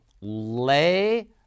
lay